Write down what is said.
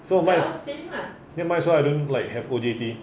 so migh~ might as well I don't have like O_D_T